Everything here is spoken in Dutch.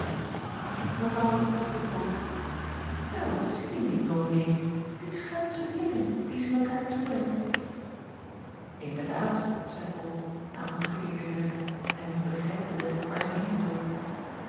at meent evrouw vroeg ol el zieje niet ominee die schuinsche blikken die ze mekaêr toewerpen nderdaad zeî ol na omgekeken te hebben en nu begrijpende waar zij heen wilde